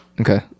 Okay